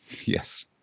Yes